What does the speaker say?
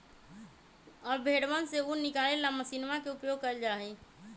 अब भेंड़वन से ऊन निकाले ला मशीनवा के उपयोग कइल जाहई